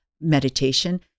meditation